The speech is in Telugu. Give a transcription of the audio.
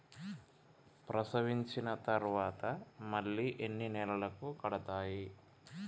ప్రసవించిన తర్వాత మళ్ళీ ఎన్ని నెలలకు కడతాయి?